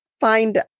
find